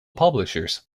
publishers